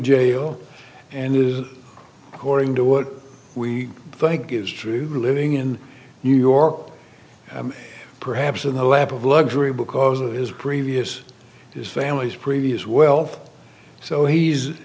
jail and it is according to what we think is true living in new york perhaps in the lap of luxury because of his previous his family's previous wealth so he's